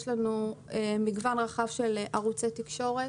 יש לנו מגוון רחב של ערוצי תקשורת